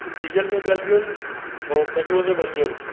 diesel ते बि हलंदियूं आहिनि ऐं पेट्रोल ते बि हलंदियूं आहिनि